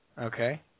Okay